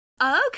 Okay